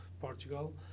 Portugal